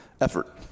Effort